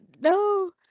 no